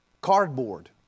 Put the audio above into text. cardboard